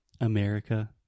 America